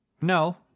no